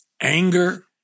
anger